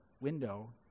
window